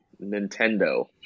nintendo